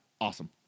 Awesome